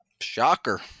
Shocker